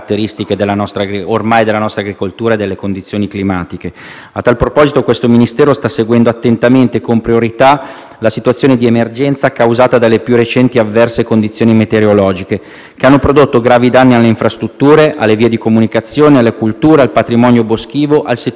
A tal proposito, questo Ministero sta seguendo attentamente e con priorità la situazione di emergenza causata dalle più recenti avverse condizioni meteorologiche che hanno prodotto gravi danni alle infrastrutture, alle vie di comunicazione, alle colture, al patrimonio boschivo, al settore zootecnico nonché alle località turistiche soprattutto costiere.